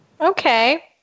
Okay